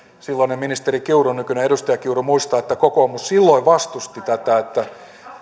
silloinen ministeri kiuru nykyinen edustaja kiuru muistaa että kokoomus silloin vastusti tätä että